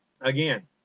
Again